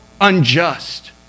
unjust